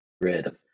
grid